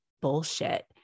bullshit